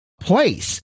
place